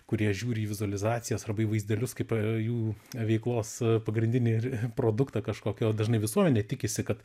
kurie žiūri į vizualizacijas arba į vaizdelius kaip jų veiklos pagrindinį ir produktą lažkokį o dažnai visuomenė tikisi kad